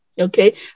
Okay